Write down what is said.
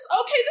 okay